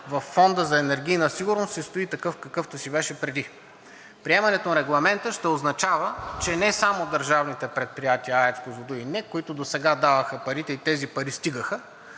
във Фонда за енергийна сигурност, си стои такъв, какъвто си беше преди. Приемането на Регламента ще означава, че не само държавните предприятия АЕЦ „Козлодуй“ и НЕК, които досега даваха парите и тези пари стигаха,